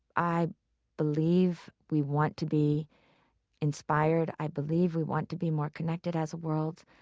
i believe we want to be inspired. i believe we want to be more connected as a world.